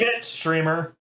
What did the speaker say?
Streamer